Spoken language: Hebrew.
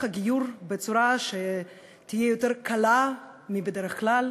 הגיור בצורה שתהיה יותר קלה מבדרך כלל,